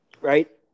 Right